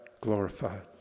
glorified